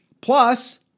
plus